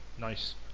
Nice